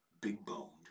big-boned